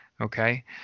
Okay